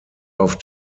auf